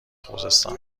خوزستان